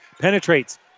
penetrates